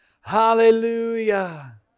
Hallelujah